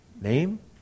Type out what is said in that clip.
name